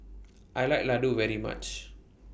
I like Ladoo very much